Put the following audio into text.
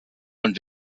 und